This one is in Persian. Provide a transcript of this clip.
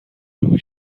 بگو